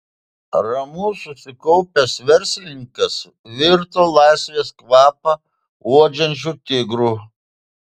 ramus susikaupęs verslininkas virto laisvės kvapą uodžiančiu tigru